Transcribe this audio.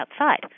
outside